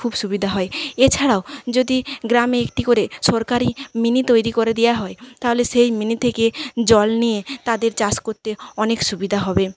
খুব সুবিধা হয় এছাড়াও যদি গ্রামে একটি করে সরকারি মিনি তৈরি দেয়া হয় তাহলে সেই মিনি থেকে জল নিয়ে তাদের চাষ করতে অনেক সুবিধা হবে